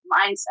mindset